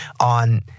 on